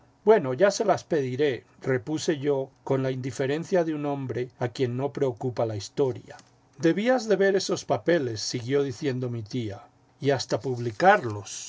bueno ya se las pediré repuse yo con la indiferencia de un hombre a quien no preocupa la historia debías ver esos papeles siguió diciendo mi tía y hasta publicarlos